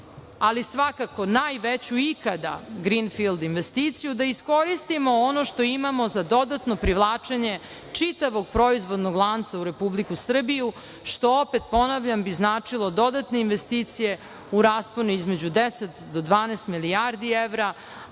ali svakako najveću ikada grinfild investiciju, da iskoristimo ono što imamo za dodatno privlačenje čitavog proizvodnog lanca u Republiku Srbiju, što opet ponavljam bi značilo dodatne investicije u rasponu između 10 do 12 milijardi evra,